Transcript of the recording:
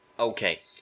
Okay